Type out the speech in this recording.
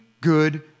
good